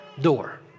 door